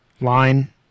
Line